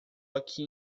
aqui